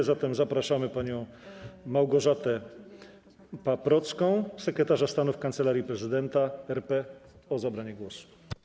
A zatem zapraszam panią Małgorzatę Paprocką, sekretarza stanu w Kancelarii Prezydenta RP, i proszę o zabranie głosu.